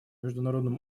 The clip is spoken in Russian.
международном